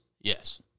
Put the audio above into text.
Yes